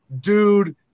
dude